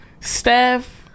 steph